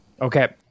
Okay